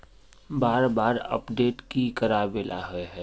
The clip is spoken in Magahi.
बार बार अपडेट की कराबेला होय है?